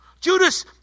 Judas